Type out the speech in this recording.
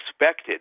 expected